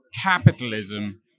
capitalism